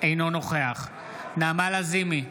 אינו נוכח נעמה לזימי,